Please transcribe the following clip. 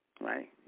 Right